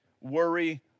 worry